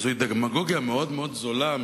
זו דמגוגיה מאוד מאוד זולה,